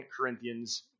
Corinthians